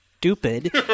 Stupid